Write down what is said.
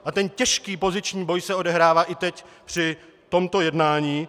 A ten těžký poziční boj se odehrává i teď při tomto jednání.